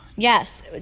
Yes